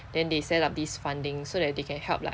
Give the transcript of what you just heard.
then they set up this funding so that they can help like